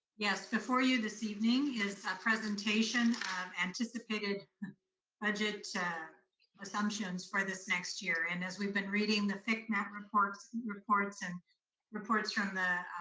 yes, before you this evening is a presentation of anticipated budget presumptions for this next year, and as we've been reading the fcmat reports, and reports from the